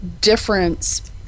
difference